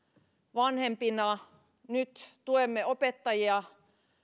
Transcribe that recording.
vanhempina nyt tuemme opettajia